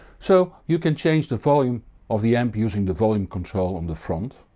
so you can change the volume of the amp using the volume control on the front,